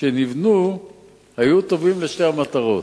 שנבנו היו טובים לשתי המטרות.